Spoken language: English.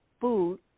food